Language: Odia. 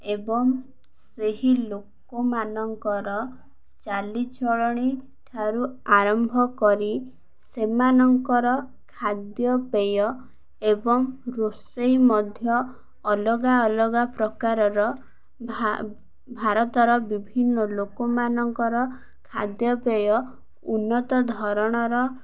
ଏବଂ ସେହି ଲୋକମାନଙ୍କର ଚାଲିଚଳଣି ଠାରୁ ଆରମ୍ଭ କରି ସେମାନଙ୍କର ଖାଦ୍ୟପେୟ ଏବଂ ରୋଷେଇ ମଧ୍ୟ ଅଲଗା ଅଲଗା ପ୍ରକାରର ଭାରତର ବିଭିନ୍ନ ଲୋକମାନଙ୍କର ଖାଦ୍ୟପେୟ ଉନ୍ନତ ଧରଣର